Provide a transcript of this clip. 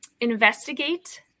investigate